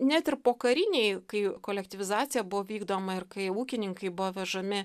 net ir pokarinėj kai kolektyvizacija buvo vykdoma ir kai ūkininkai buvo vežami